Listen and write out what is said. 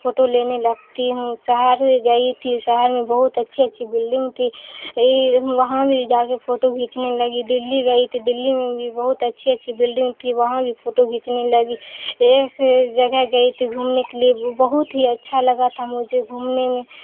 photo لینے لگتی ہوں شہر سے گئی تھی شہر میں بہت اچھی اچھی بلڈنگ تھی وہاں بھی جا کے فوٹو کھینچنے لگی دلی گئی تھی دلی میں بھی بہت اچھی اچھی بلڈنگ تھی وہاں بھی فوٹو کھینچنے لگی ایک جگہ گئی تھی گھومنے کے لیے بہت ہی اچھا لگا تھا مجھے گھومنے میں